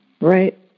right